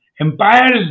empires